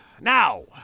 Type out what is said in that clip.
Now